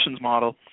model